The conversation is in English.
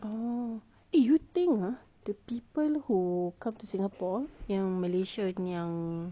oh eh you think ah the people who come to singapore yang malaysia yang